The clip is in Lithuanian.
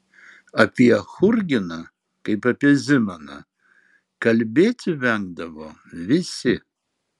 apie churginą kaip apie zimaną kalbėti vengdavo visi